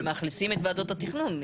אבל הם מאכלסים את ועדות התכנון.